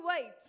wait